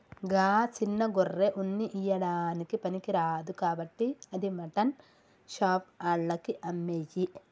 గా సిన్న గొర్రె ఉన్ని ఇయ్యడానికి పనికిరాదు కాబట్టి అది మాటన్ షాప్ ఆళ్లకి అమ్మేయి